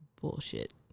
Bullshit